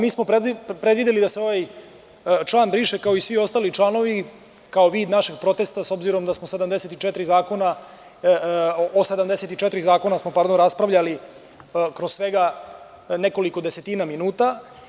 Mi smo predvideli da se ovaj član briše kao i svi ostali članovi, kao vid našeg protesta s obzirom da smo o 74 zakona raspravljali kroz svega nekoliko desetina minuta.